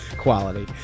Quality